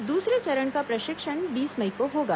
दूसरे चरण का प्र शिक्षण बीस मई को होगा